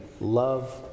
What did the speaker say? love